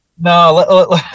No